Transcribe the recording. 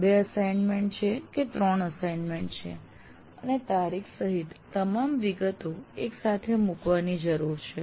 ૨ assignment છે કે ૩ assignment છે અને તારીખો સહિત તમામ વિગતો એકસાથે મૂકવાની જરૂર છે